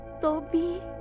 Toby